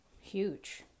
Huge